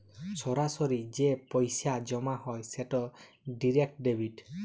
সরাসরি যে পইসা জমা হ্যয় সেট ডিরেক্ট ডেবিট